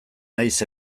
nahiz